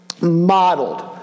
modeled